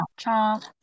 chomp